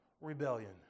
rebellion